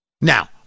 Now